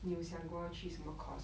你有想过要去什么 course